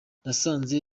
nasanze